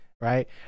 right